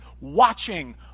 watching